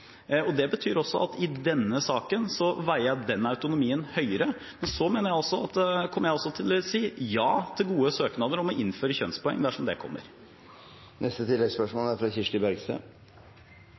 Det betyr at i denne saken vekter jeg den autonomien høyere. Så kommer jeg til å si ja til gode søknader om å innføre kjønnspoeng, dersom de kommer.